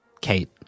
Kate